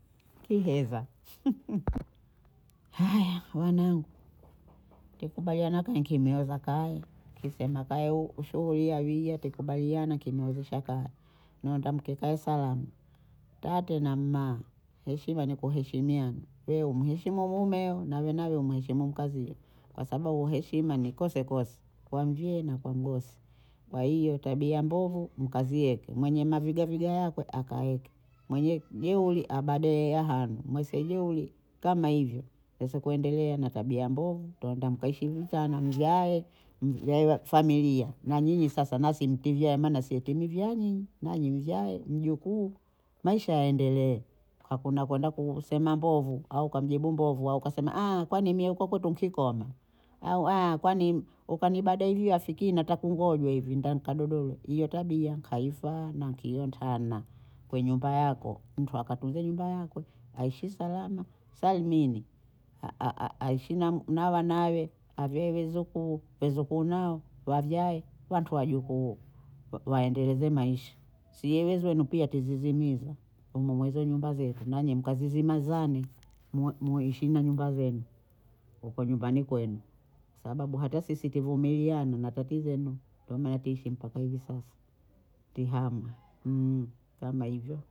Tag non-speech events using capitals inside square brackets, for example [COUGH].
Kiheza [LAUGHS] haya wanangu ke kubaliana ka nkimeoza kaye, kisema kaye hu shughuli yawia tikubaliana kimeozesha kaya nawe tamkie salamu tate na mma heshima ni kuheshimiana we umuheshimu mumeo nawe nao umuheshimu mkaziyo kwa sababu heshima ni kosekose kwa mvyee na kwa mgosi kwa hiyo tabia mbovu mkazie mwenye mavigaviga yakwe akeake mwenye jeuri abade lahanu mwesejeuri kama hivyo kusikuendelea na tabia mbovu twatamka heshimu sana mvyae [HESITATION] mve- lee familia nanyi sasa nasi mtivyee maana siye timevyaa nyinyi nanyi mvyae mjukuu Maisha yaendelee, hakuna kwenda kusema mbovu au ukamjibu mbovu au ukasema [HESITATION] kwani mie huko kwetu nkikoma au [HESITATION] kwani ukanibada hivi wafikiri nata kungojwa hivi nda nkadodoe hiyo tabia nkaifaa na nkio ntana kwe nyumba yako mntu akatunzwe nyumba yakwe aishi salama salimini [HESITATION] a- a- a- aishi [HESITATION] na- na wanawe avyee vizukuu vizukuu nao wavyae wantu wajukuu [HESITATION] wa- waendeleze Maisha siye weziwenu pia tizizimiza humwo mwezenu mbazetu nanyi mkazizima zani [HESITATION] mwe- mweishi na nyumba zenu huko nyumbani kwenu sababu hata sisi tivumiliane matatizenu tumeatishi mpaka hivi sasa tihanga [HESITATION] kama hivyo